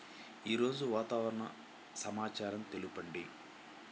ఈరోజు వాతావరణ సమాచారం తెలుపండి